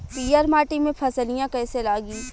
पीयर माटी में फलियां कइसे लागी?